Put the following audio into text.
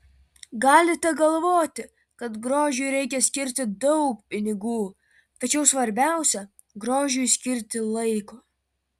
galite galvoti kad grožiui reikia skirti daug pinigų tačiau svarbiausia grožiui skirti laiko